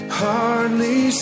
hardly